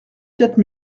quatre